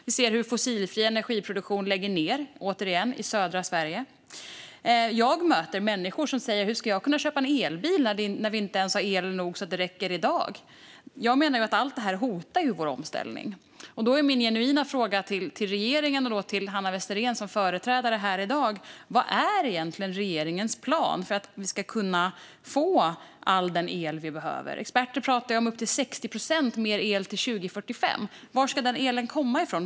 Vi ser hur fossilfri energiproduktion lägger ned, återigen i södra Sverige. Jag möter människor som säger: Hur ska jag kunna köpa en elbil när vi inte ens har el nog så att det räcker i dag? Jag menar att allt det här hotar vår omställning, och därför är min genuina fråga till regeringen och till Hanna Westerén som företrädare här i dag: Vad är egentligen regeringens plan för att vi ska kunna få all den el vi behöver? Experter pratar om att det behövs upp till 60 procent mer el till 2045. Var ska den elen komma ifrån?